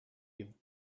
you